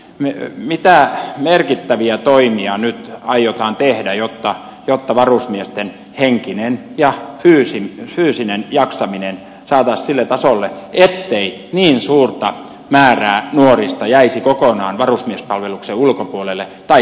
mitä merkittäviä toimia nyt aiotaan tehdä jotta varusmiesten henkinen ja fyysinen jaksaminen saataisiin sille tasolle ettei niin suurta määrää nuorista jäisi kokonaan varusmiespalveluksen ulkopuolelle tai